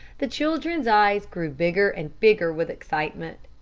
the children's eyes grew bigger and bigger with excitement.